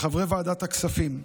לחברי ועדת הכספים,